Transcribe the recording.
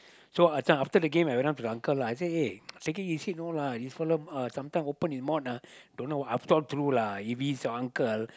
so I after the game I went up to the uncle lah I say eh take it easy know lah this fella uh sometime open his mouth ah don't know after all true lah if he's your uncle